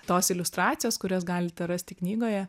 tos iliustracijos kurias galite rasti knygoje